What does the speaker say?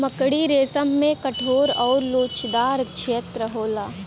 मकड़ी रेसम में कठोर आउर लोचदार छेत्र होला